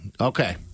Okay